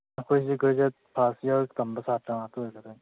ꯑꯩꯈꯣꯏꯁꯦ graduate pass ꯏꯌꯔ ꯇꯝꯕ ꯁꯥꯇ꯭ꯔ ꯉꯥꯛꯇ ꯑꯣꯏꯒꯗꯣꯏꯅꯤ